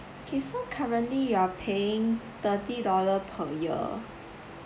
okay so currently you're paying thirty dollars per year